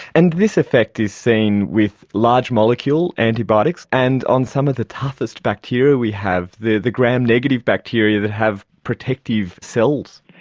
and this effect is seen with large-molecule antibiotics and on some of the toughest bacteria we have, the the gram-negative bacteria that have protective cells.